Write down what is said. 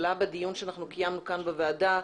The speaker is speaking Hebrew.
עלה בדיון שקיימנו כאן בוועדה,